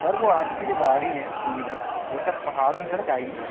sir वह आपकी जो गाड़ी है टू व्हीलर वह सर पहाड़ में चढ़ पाएगी